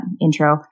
intro